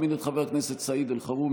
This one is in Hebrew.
אני מזמין את חבר הכנסת סעיד אלחרומי.